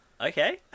Okay